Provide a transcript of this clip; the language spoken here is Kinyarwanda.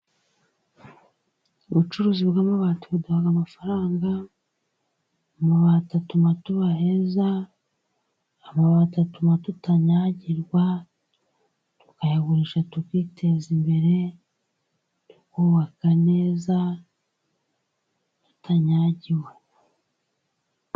Ubucuruzi bw'amabati buduha amafaranga. Amabati atuma tuba heza, amabati atuma tutanyagirwa, tukayagurisha tukiteza imbere, tukubaka neza tutanyagiwe.